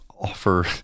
offer